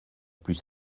plus